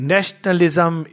Nationalism